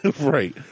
right